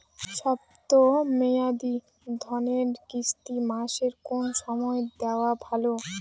শব্দ মেয়াদি ঋণের কিস্তি মাসের কোন সময় দেওয়া ভালো?